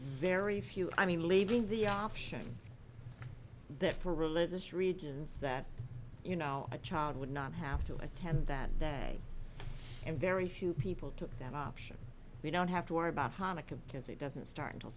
very few i mean leaving the option that for religious regions that you know a child would not have to attend that day and very few people took them option we don't have to worry about hanukkah because it doesn't start until